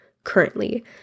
currently